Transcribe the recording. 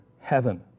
heaven